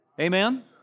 Amen